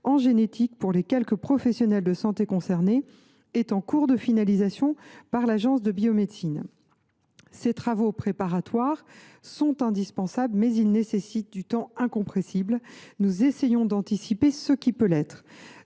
en génétique, pour les quelques professionnels de santé concernés, est en cours de finalisation au sein de l’Agence de la biomédecine. Ces travaux préparatoires sont indispensables, mais ils nécessitent un temps incompressible. Nous essayons néanmoins d’anticiper ce qui peut l’être